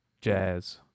Jazz